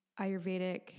Ayurvedic